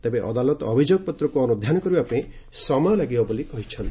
ତେବେ ଅଦାଲତ ଅଭିଯୋଗପତ୍ରକୁ ଅନୁଧ୍ୟାନ କରିବା ପାଇଁ ସମୟ ଲାଗିବ ବୋଲି କହିଛନ୍ତି